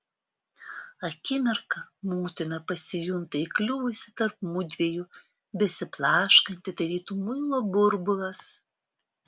akimirką motina pasijunta įkliuvusi tarp mudviejų besiblaškanti tarytum muilo burbulas